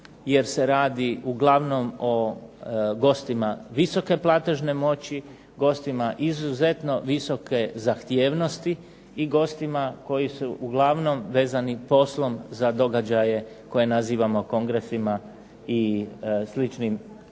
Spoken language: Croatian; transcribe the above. jer se radi uglavnom o gostima visoke platežne moći, gostima izuzetno visoke zahtjevnosti, i gostima koji su uglavnom vezani poslom za događaje koje nazivamo kongresima i